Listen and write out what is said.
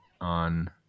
on